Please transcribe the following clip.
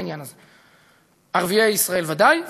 בעניין הזה: ערביי ישראל ודאי,